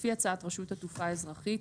לפי הצעת רשות התעופה האזרחית,